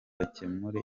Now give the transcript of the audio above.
bakemure